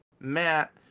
Matt